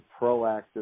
proactive